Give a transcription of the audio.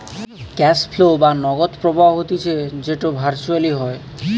cash flow বা নগদ প্রবাহ হতিছে যেটো ভার্চুয়ালি হয়